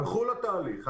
הלכו לתהליך,